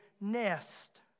nest